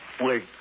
wait